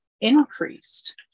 increased